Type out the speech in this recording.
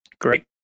Great